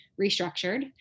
restructured